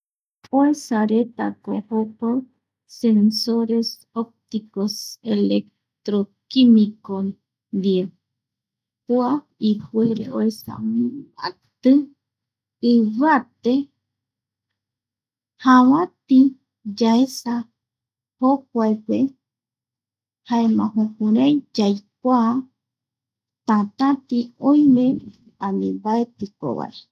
Oesaretako jokua sensores optico, electro quimico ndie kua ipuere oesa mati ivate, javati yaesa jokuape jaema jukurai yaikua tätatï oime, ani mbaetikova